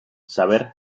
saber